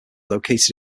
located